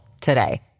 today